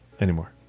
anymore